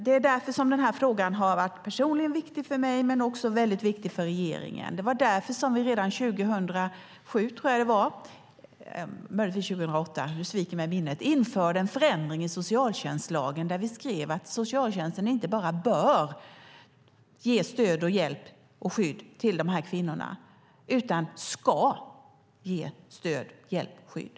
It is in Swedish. Det är därför som den här frågan har varit viktig för mig personligen men också för regeringen. Det var därför som vi redan 2007, eller om det var 2008, införde en förändring i socialtjänstlagen där vi skrev att socialtjänsten inte bara bör ge stöd, hjälp och skydd till de här kvinnorna utan ska ge stöd, hjälp och skydd.